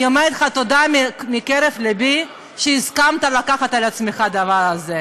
אני אומרת לך תודה מקרב לבי על שהסכמת לקחת על עצמך את הדבר הזה,